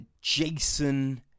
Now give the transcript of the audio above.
Jason